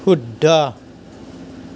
শুদ্ধ